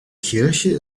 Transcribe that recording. kirche